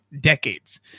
decades